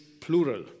plural